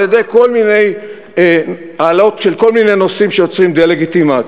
על-ידי העלאות של כל מיני נושאים שיוצרים דה-לגיטימציה.